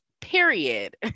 Period